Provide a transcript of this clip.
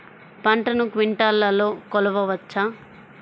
పంటను క్వింటాల్లలో కొలవచ్చా?